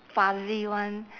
fuzzy one